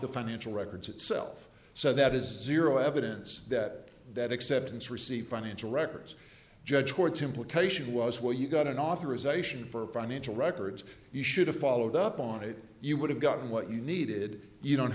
the financial records itself so that is zero evidence that that acceptance receive financial records judge courts implication was where you got an authorization for financial records you should have followed up on it you would have gotten what you needed you don't